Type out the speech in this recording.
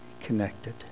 connected